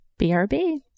BRB